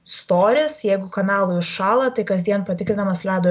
storis jeigu kanalai užšąla tai kasdien patikrinamas ledo